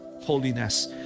holiness